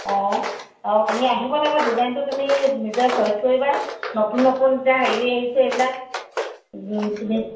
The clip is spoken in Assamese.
অ আৰু তুমি আহিব লাগিব ডিজাইনটো তুমি নিজে চইচ কৰিবা নতুন নতুন এতিয়া হেৰি আহিছে এইবিলাক তুমি